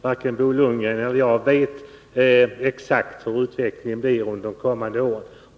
Varken Bo Lundgren eller jag vet exakt hur utvecklingen blir under kommande år.